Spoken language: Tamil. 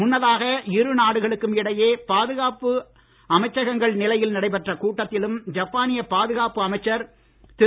முன்னதாக இருநாடுகளுக்கும் இடையே பாதுகாப்பு அமைச்சகங்கள் நிலையில் நடைபெற்ற கூட்டத்திலும் ஜப்பானிய பாதுகாப்பு அமைச்சர் திரு